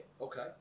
Okay